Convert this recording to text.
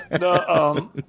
No